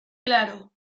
claro